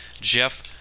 Jeff